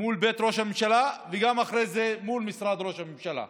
מול בית ראש הממשלה ואחרי זה מול משרד ראש הממשלה.